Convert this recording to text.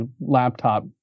laptop